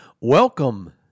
Welcome